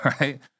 Right